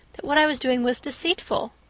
that what i was doing was deceitful.